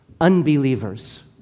unbelievers